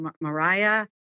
Mariah